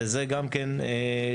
וזה גם כן תחום,